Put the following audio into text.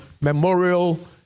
memorial